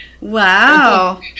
wow